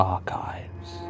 Archives